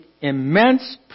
immense